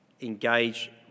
engage